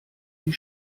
die